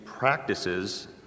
practices